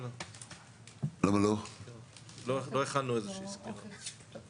לא הכנו איזושהי סקירה.